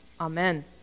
Amen